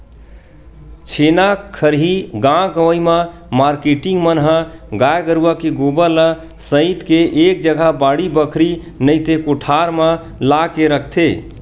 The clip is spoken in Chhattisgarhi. छेना खरही गाँव गंवई म मारकेटिंग मन ह गाय गरुवा के गोबर ल सइत के एक जगा बाड़ी बखरी नइते कोठार म लाके रखथे